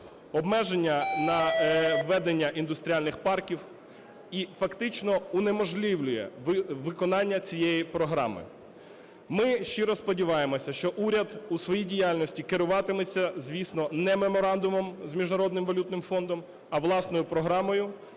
обмеження на введення індустріальних парків і фактично унеможливлює виконання цієї програми. Ми щиро сподіваємося, що уряд у своїй діяльності керуватиметься, звісно, не меморандумом з Міжнародним валютним фондом, а власною програмою